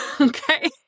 Okay